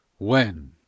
When